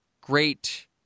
great